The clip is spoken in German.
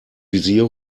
visier